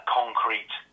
concrete